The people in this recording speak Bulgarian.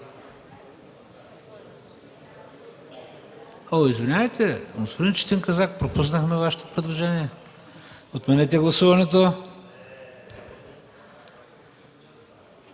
Извинете, господин Четин Казак, пропуснахме Вашето предложение. Отменете гласуването.